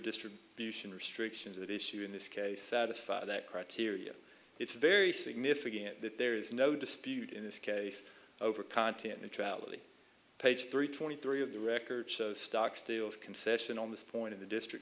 distribution restrictions that issue in this case satisfy that criteria it's very significant that there is no dispute in this case over content neutrality page three twenty three of the record stockstill concession on this point of the district